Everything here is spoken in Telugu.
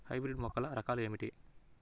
హైబ్రిడ్ మొక్కల రకాలు ఏమిటి?